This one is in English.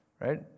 right